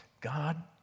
God